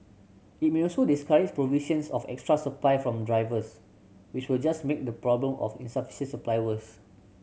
it may also discourage provision of extra supply from drivers which will just make the problem of insufficient supply worse